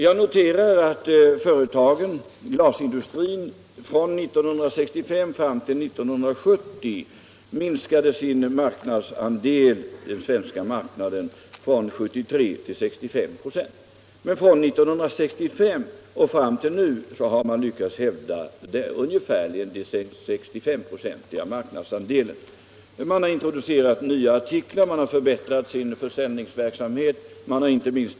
Jag noterar att glasindustrin från år 1965 fram till 1970 minskade sin marknadsandel på den svenska marknaden från 73 96 till 65 96. Från 1965 och fram till nu har glasindustrin lyckats hävda en ungefär 65 procentig marknadsandel. Nya artiklar har introducerats och försäljningsverksamheten har förbättrats.